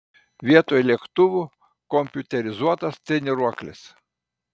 vietoj lėktuvų kompiuterizuotas treniruoklis